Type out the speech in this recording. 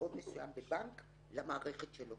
מחשבון מסוים בבנק למערכת שלו.